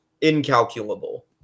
incalculable